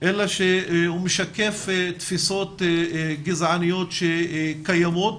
אלא שהוא משקף תפיסות גזעניות שקיימות,